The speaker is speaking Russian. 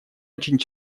очень